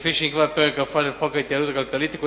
כפי שנקבע בפרק כ"א לחוק ההתייעלות הכלכלית (תיקוני